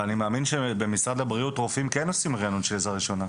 אבל אני מאמין שבמשרד הבריאות רופאים כן עושים ריענון של עזרה ראשונה.